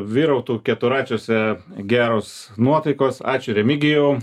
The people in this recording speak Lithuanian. vyrautų keturračiuose geros nuotaikos ačiū remigijau